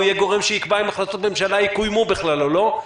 הוא יהיה הגורם שיקבע אם החלטות ממשלה יקוימו בכלל או לא,